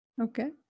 okay